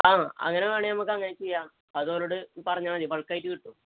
ആ അങ്ങനെ വേണമെങ്കില് നമുക്കങ്ങനെ ചെയ്യാം അത് അവരോട് പറഞ്ഞാല് മതി ബൾക്കായിട്ട് കിട്ടും